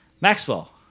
Maxwell